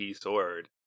sword